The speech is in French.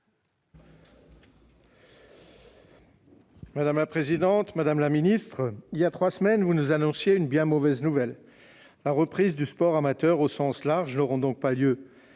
M. Claude Kern. Madame la ministre, il y a trois semaines, vous nous annonciez une bien mauvaise nouvelle. La reprise du sport amateur au sens large n'aura pas lieu